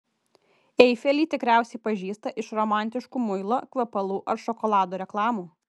eifelį tikriausiai pažįsta iš romantiškų muilo kvepalų ar šokolado reklamų